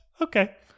okay